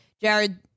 Jared